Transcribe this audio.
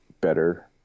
better